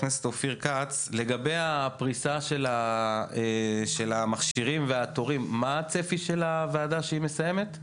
לגבי הפריסה של המכשירים והתורים: מה הצפי של הוועדה שהיא מסיימת?